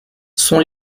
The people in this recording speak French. son